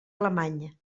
alemany